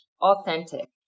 authentic